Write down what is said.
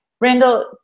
Randall